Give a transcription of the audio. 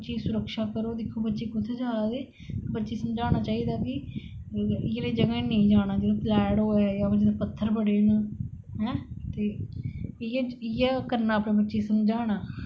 अच्छी सुरक्षा करो ते दिक्खो बच्चे कुत्थे जारदे बच्चे गी समझाना चाहिदा कि इयै जेही जगह उपर नेईं जाना जित्थै तलैह्ट होऐ